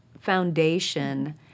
foundation